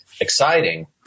exciting